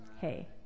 hey